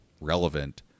relevant